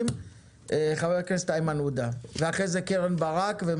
חבר הכנסת איימן עודה, בבקשה.